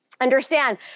understand